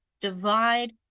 divide